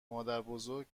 مادربزرگ